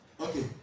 Okay